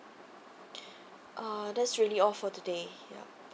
uh that's really all for today yup